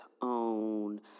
own